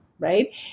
Right